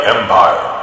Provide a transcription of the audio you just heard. Empire